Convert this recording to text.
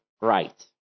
right